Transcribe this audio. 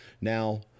Now